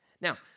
Now